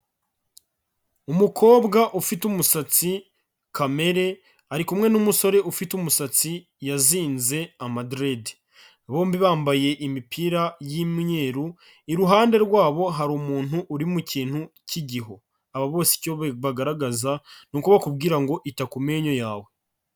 Umukobwa ufite umusatsi kamere ari kumwe n'umusore ufite umusatsi yazinze amaderede, bombi bambaye imipira y'imweru iruhande rwabo hari umuntu uri mu kintu cy'igihu, aba bose icyo bagaragaza nuko bakubwira ngo ita ku menyo yawe.